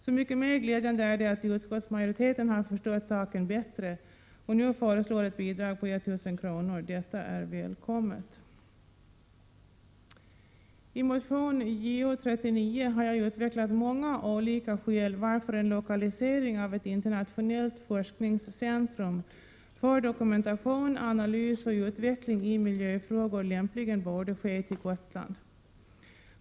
Så mycket mer glädjande är det att utskottsmajoriteten har förstått saken bättre och nu föreslår ett bidrag på 1 000 kr. Detta är välkommet. I motion Jo39 har jag utvecklat många skäl för att en lokalisering av ett internationellt forskningscentrum för dokumentation, analys och utveckling i miljöfrågor lämpligen bör ske till Gotland.